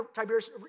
Tiberius